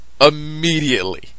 immediately